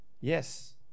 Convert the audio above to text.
Yes